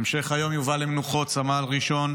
בהמשך היום יובא למנוחות סמל ראשון